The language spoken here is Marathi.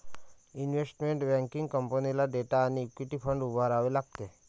इन्व्हेस्टमेंट बँकिंग कंपनीला डेट आणि इक्विटी फंड उभारावे लागतात